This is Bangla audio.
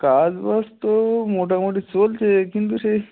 কাজ বাজ তো মোটামোটি চলছে কিন্তু সেই